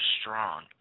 strong